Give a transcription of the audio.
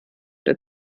der